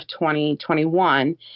2021